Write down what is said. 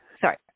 Sorry